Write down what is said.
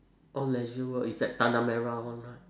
oh leisure world is at tanah merah [one] right